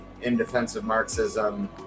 in-defense-of-Marxism